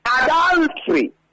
adultery